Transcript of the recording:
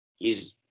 hes